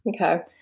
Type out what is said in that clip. Okay